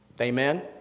amen